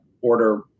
order